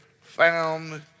found